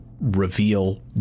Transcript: reveal